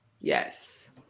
yes